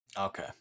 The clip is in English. Okay